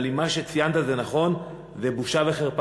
אבל אם מה שציינת הוא נכון, זו בושה וחרפה.